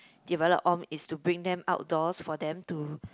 develop on is to bring them outdoors for them to